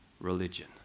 religion